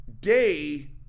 day